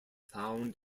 found